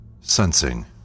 Sensing